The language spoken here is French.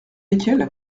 lesquelles